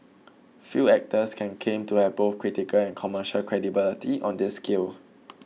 few actors can claim to have both critical and commercial credibility on this scale